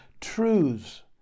truths